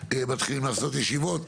שמתחילים לעשות ישיבות.